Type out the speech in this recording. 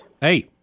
Hey